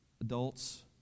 Adults